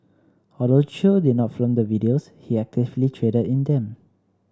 although Chew did not film the videos he actively traded in them